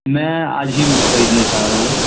میں آج ہی خریدنا چاہ رہا ہوں